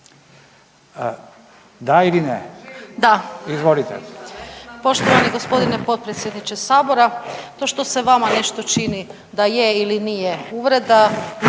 Maja (HDZ)** Poštovani g. potpredsjedniče Sabora, to što se vama nešto čini da je ili nije uvreda